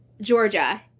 Georgia